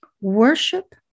worship